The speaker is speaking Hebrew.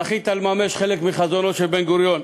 זכית לממש חלק מחזונו של בן-גוריון,